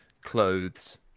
clothes